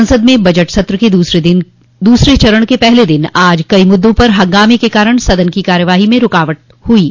संसद में बजट सत्र के दूसरे चरण के पहले दिन आज कई मुद्दों पर हंगामे के कारण सदन की कार्यवाही में रूकावट है